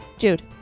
Jude